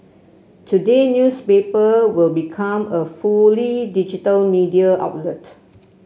today newspaper will become a fully digital media outlet